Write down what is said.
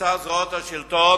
מצד זרועות השלטון,